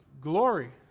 glory